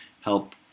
help